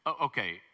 Okay